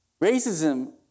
Racism